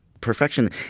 Perfection